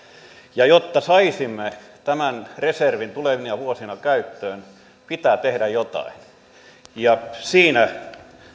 ja jotta saisimme tämän reservin tulevina vuosina käyttöön pitää tehdä jotain siinä